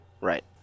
Right